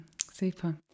super